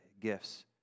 gifts